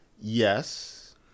Yes